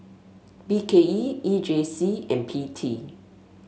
B K E E J C and P T